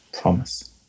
promise